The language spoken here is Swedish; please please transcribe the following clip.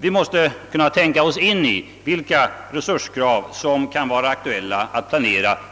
Vi måste försöka tänka oss in i de resurskrav vilka kan vara aktuella